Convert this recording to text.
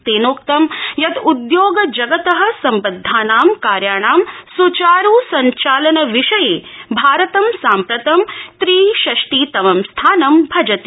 तेनेक्तं यत उदयोग जगतः सम्बदधानां कार्याणां सुचारू संचालन विषये भारतं साम्प्रतं त्रि षष्टि तमं स्थानं भजते